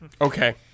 Okay